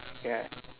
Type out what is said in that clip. ya